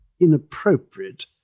inappropriate